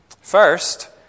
First